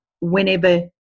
whenever